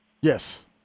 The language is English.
Yes